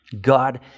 God